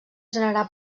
generar